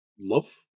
love